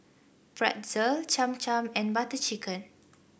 Pretzel Cham Cham and Butter Chicken